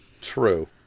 True